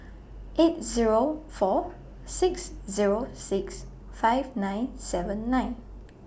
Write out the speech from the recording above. eight Zero four six Zero six five nine seven nine